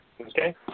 Okay